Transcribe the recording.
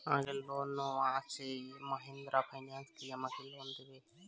আগের লোন নেওয়া আছে মাহিন্দ্রা ফাইন্যান্স কি আমাকে লোন দেবে?